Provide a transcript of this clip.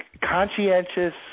conscientious